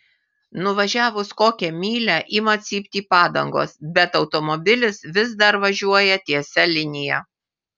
nuvažiavus kokią mylią ima cypti padangos bet automobilis vis dar važiuoja tiesia linija